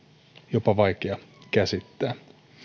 jopa vaikea käsittää